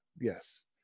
yes